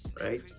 right